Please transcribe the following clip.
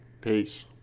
peace